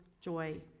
joy